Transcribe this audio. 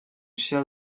chères